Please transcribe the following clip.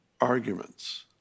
arguments